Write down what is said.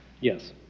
Yes